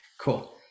Cool